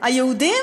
היהודים